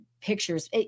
pictures